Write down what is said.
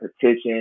petition